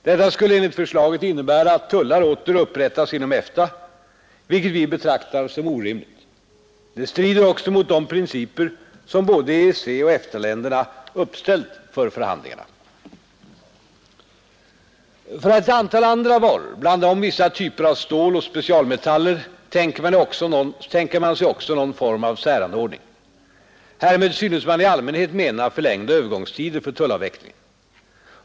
Detta skulle enligt förslaget innebära att tullar åter skulle upprättas inom EFTA, vilket vi betraktar som orimligt. Det strider också mot de principer som både EEC och EFTA-länderna uppställt för förhandlingarna. För ett antal andra varor, bland dem vissa typer av stål och specialmetaller, tänker man sig också någon form av säranordning. Härmed synes man i allmänhet mena förlängda övergångstider för tullavvecklingen.